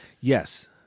Yes